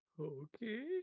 Okay